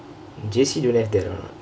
J_C don't have that what